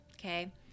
Okay